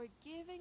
Forgiving